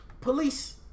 police